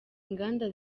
inganda